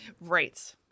Right